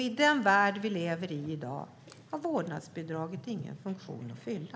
I den värld vi lever i i dag har vårdnadsbidraget ingen funktion att fylla.